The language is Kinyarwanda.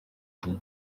gihe